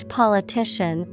politician